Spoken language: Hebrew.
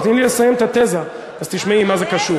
תני לי לסיים את התזה, אז תשמעי מה זה קשור.